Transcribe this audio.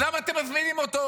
אז למה אתם מזמינים אותו,